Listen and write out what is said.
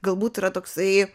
galbūt yra toksai